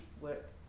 work